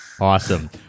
Awesome